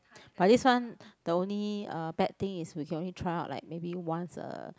but this one the only uh bad thing is we can only try out like maybe once a